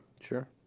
Sure